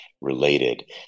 related